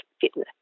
fitness